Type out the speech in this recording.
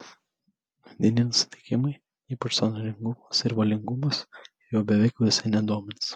vidiniai nusiteikimai ypač sąmoningumas ir valingumas jo beveik visai nedomins